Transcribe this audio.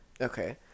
Okay